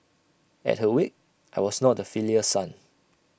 at her wake I was not A filial son